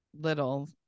little